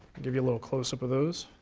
give you a little close up of those.